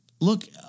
Look